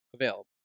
available